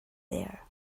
there